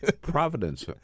Providence